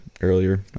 earlier